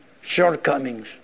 shortcomings